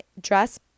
dress